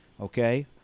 Okay